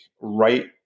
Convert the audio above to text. right